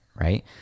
right